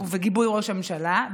ובגיבוי ראש הממשלה,